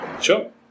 Sure